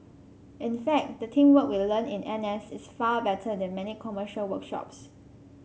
in fact the teamwork we learn in N S is far better than many commercial workshops